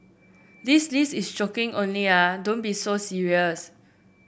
this list is joking only ah don't be so serious